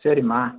சரிம்மா